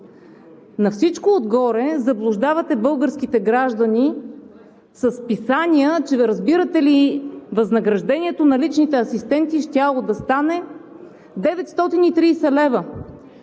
На всичко отгоре заблуждавате българските граждани с писания, че разбирате ли, възнаграждението на личните асистенти щяло да стане 930 лв.